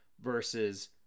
versus